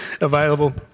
available